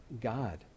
God